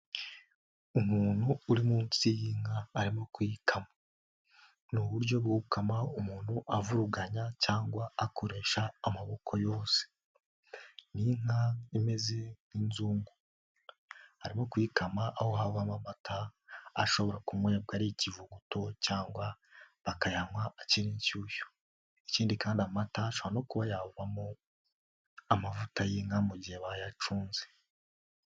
Umuntu uri munsi y'inka arimo kuyikama, ni uburyo bwo gukama umuntu avuruganya cyangwa akoresha amaboko yose, ni inka imeze nk'inzungu, arimo kuyikama aho havamo amata ashobora kunywebwa ari ikivuguto cyangwa bakayanywa akiri inshyushyu, ikindi kandi amata ashobora no kuba yavamo amavuta y'inka mu gihe bayacunze.